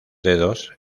dedos